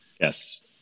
Yes